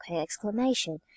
exclamation